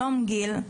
שלום, גיל,